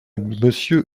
monsieur